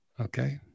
Okay